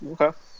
Okay